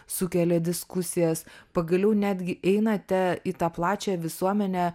sukelia diskusijas pagaliau netgi einate į tą plačią visuomenę